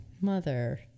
Mother